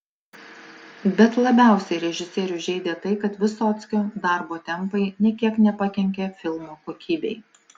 bet labiausiai režisierių žeidė tai kad vysockio darbo tempai nė kiek nepakenkė filmo kokybei